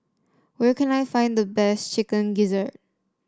where can I find the best Chicken Gizzard